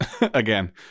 Again